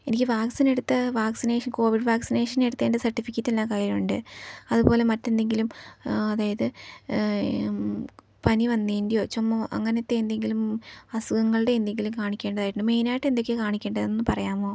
എനിക്ക് വാക്സിൻ എടുത്ത vaccination covid vaccination എടുത്തതിൻ്റെ സർട്ടിഫിക്കറ്റെല്ലാം കയ്യിലുണ്ട് അതുപോലെ മറ്റെന്തെങ്കിലും അതായത് പനി വന്നതിന്റെയോ ചുമ വന്നതിന്റെയോ അങ്ങനത്തെ എന്തെങ്കിലും അസുഖങ്ങളുടെ എന്തെങ്കിലും കാണിക്കേണ്ടതായിട്ടുണ്ടോ മെയിനായിട്ട് എന്തൊക്കെയാണു കാണിക്കേണ്ടത് എന്നൊന്നു പറയാമോ